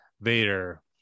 Vader